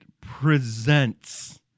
presents